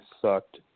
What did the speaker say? sucked